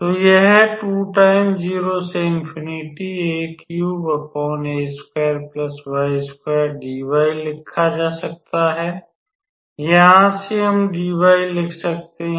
और यह लिखा जा सकता है यहाँ से हम dy लिख सकते हैं